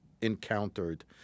encountered